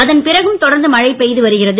அதன் பிறகும் தொடர்ந்து மழை பெய்து வருகிறது